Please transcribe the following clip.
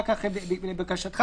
לבקשתך,